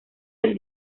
del